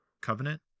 covenant